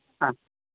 हा